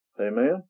Amen